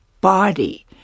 body